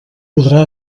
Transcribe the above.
podrà